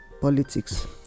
politics